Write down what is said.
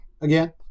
again